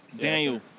Daniel